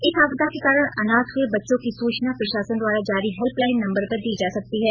इस आपदा के कारण अनाथ हुए बच्चों की सूचना प्रशासन द्वारा जारी हेल्पलाइन नंबर पर दी जा सकती है